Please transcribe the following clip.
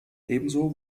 ebenso